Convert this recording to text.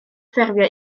ffurfio